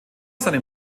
seinem